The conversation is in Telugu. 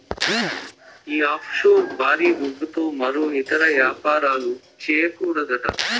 ఈ ఆఫ్షోర్ బారీ దుడ్డుతో మరో ఇతర యాపారాలు, చేయకూడదట